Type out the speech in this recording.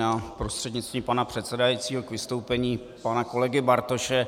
Já prostřednictvím pana předsedajícího k vystoupení pana kolegy Bartoše.